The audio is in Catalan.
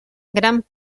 gran